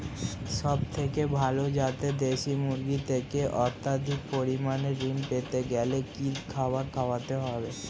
সবথেকে ভালো যাতে দেশি মুরগির থেকে অত্যাধিক পরিমাণে ঋণ পেতে গেলে কি খাবার খাওয়াতে হবে?